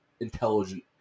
intelligent